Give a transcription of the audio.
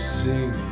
sing